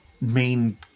main